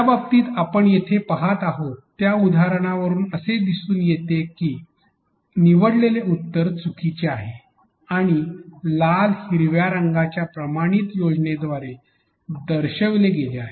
ज्या बाबतीत आपण येथे पहात आहोत त्या उदाहरणावरून हे दिसून येते की निवडलेले उत्तर चुकीचे आहे आणि लाल आणि हिरव्या रंगाच्या प्रमाणित योजनेद्वारे दर्शविले गेले आहे